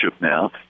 now